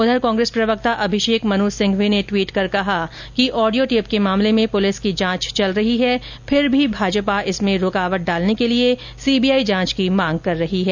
उधर कांग्रेस प्रवक्ता अभिषेक मनु सिंघवी ने ट्वीट कर कहा कि ऑडियो टेप के मामले में पुलिस की जांच चल रही है फिर भी भाजपा इसमें रूकावट डालने के लिए सीबीआई जांच की मांग कर रही है